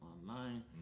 online